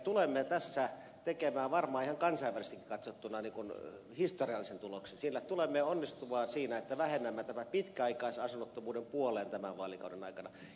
tulemme tässä tekemään varmaan ihan kansainvälisestikin katsottuna historiallisen tuloksen sillä tulemme onnistumaan siinä että vähennämme pitkäaikaisasunnottomuuden puoleen tämän vaalikauden aikana